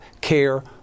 care